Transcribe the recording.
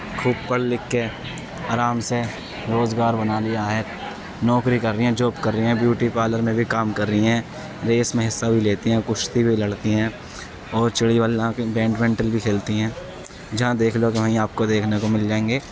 خوب پڑھ لکھ کے آرام سے روزگار بنا لیا ہے نوکری کر رہی ہیں جاب کر رہی ہیں بیوٹی پارلر میں بھی کام کر رہی ہیں ریس میں حصہ بھی لیتی ہیں کشتی بھی لڑتی ہیں اور چڑی بلا بیڈ منٹل بھی کھیلتی ہیں جہاں دیکھ لو گے وہیں آپ کو دیکھنے کو مل جائیں گی